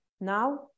Now